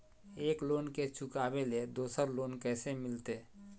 एक लोन के चुकाबे ले दोसर लोन कैसे मिलते?